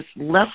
left